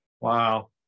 wow